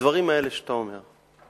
בדברים האלה שאתה אומר?